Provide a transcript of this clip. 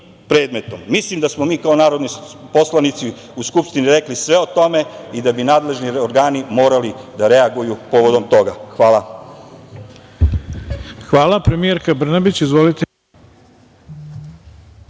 predmetom? Mislim da smo mi kao narodni poslanici u Skupštini rekli sve o tome i da bi nadležni organi morali da reaguju povodom toga. Hvala. **Ivica Dačić** Hvala. Reč